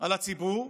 על הציבור,